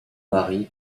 mari